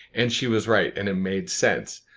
and she was right and it made sense.